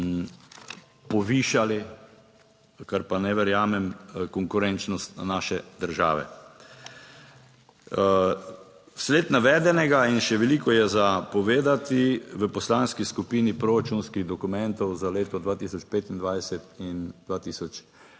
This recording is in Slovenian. povišali, kar pa ne verjamem, konkurenčnost naše države. V sled navedenega in še veliko je za povedati, v poslanski skupini proračunskih dokumentov za leto 2025 in 2026